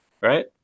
Right